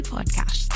Podcast